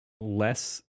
less